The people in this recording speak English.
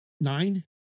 Nine